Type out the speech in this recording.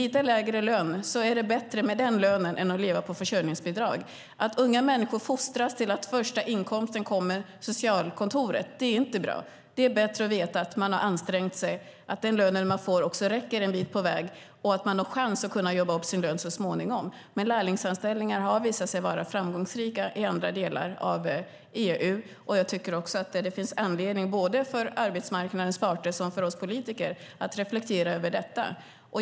Det är bättre med lite lägre lön än att leva på försörjningsbidrag. Att unga människor fostras till att första inkomsten kommer från socialkontoret är inte bra. Det är bättre att veta att man har ansträngt sig, att den lön man får räcker en bit på vägen och att man har en chans att så småningom kunna jobba upp sin lön. Lärlingsanställningar har i andra delar av EU visat sig vara framgångsrika. Jag tycker att det finns anledning såväl för arbetsmarknadens parter som för oss politiker att reflektera över detta.